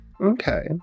Okay